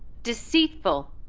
deceitful,